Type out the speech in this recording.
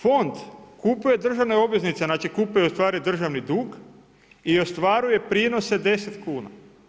Fond kupuje državne obveznice, znači kupuje ustvari državni dug i ostvaruje prinose 10 kuna.